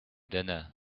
dinner